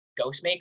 Ghostmaker